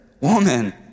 woman